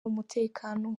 umutekano